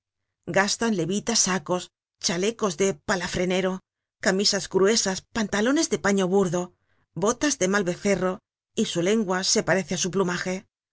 potier gastan levitastsacos chalecos de palafrenero camisas gruesas pantalones de paño burdo botas de mal becerro y su lengua se parece á su plumaje